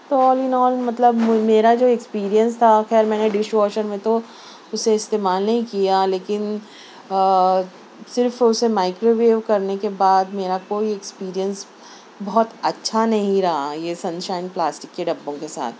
تو all in all مطلب میرا جو ایکسپیریئنس تھا خیر میں نے ڈش واشر میں تو اسے استعمال نہیں کیا لیکن صرف اسے مائکرو ویو کرنے کے بعد میرا کوئی ایکسپیریئنس بہت اچھا نہیں رہا یہ سن شائن پلاسٹک کے ڈبوں کے ساتھ